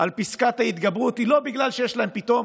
על פסקת ההתגברות היא לא בגלל שיש להם פתאום